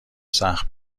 سخت